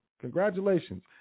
Congratulations